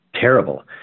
terrible